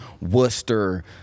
Worcester